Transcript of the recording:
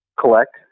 collect